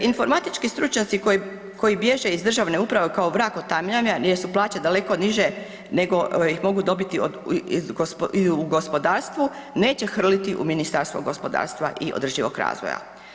Informatički stručnjaci koji bježe iz državne uprave kao vrag od tamjana jer su plaće daleko niže nego ih mogu dobiti u gospodarstvu, neće hrliti u Ministarstvo gospodarstva i održivog razvoja.